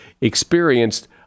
experienced